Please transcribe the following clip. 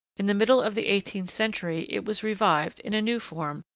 in the middle of the eighteenth century, it was revived, in a new form,